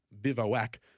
bivouac